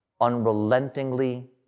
unrelentingly